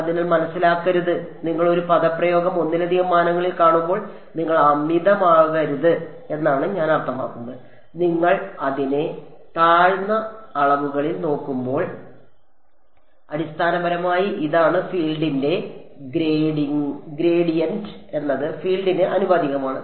അതിനാൽ മനസ്സിലാക്കരുത് നിങ്ങൾ ഒരു പദപ്രയോഗം ഒന്നിലധികം മാനങ്ങളിൽ കാണുമ്പോൾ നിങ്ങൾ അമിതമാകരുത് എന്നാണ് ഞാൻ അർത്ഥമാക്കുന്നത് നിങ്ങൾ അതിനെ താഴ്ന്ന അളവുകളിൽ നോക്കുമ്പോൾ അടിസ്ഥാനപരമായി ഇതാണ് ഫീൽഡിന്റെ ഗ്രേഡിയന്റ് എന്നത് ഫീൽഡിന് ആനുപാതികമാണ്